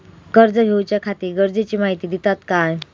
कर्ज घेऊच्याखाती गरजेची माहिती दितात काय?